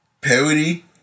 parody